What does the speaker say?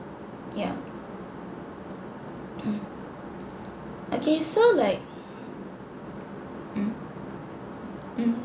yeah uh okay so like mm mm